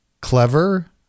clever